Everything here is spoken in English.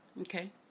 Okay